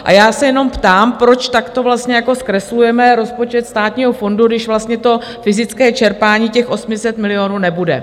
A já se jenom ptám, proč takto zkreslujeme rozpočet Státního fondu, když vlastně fyzické čerpání těch 800 milionů nebude.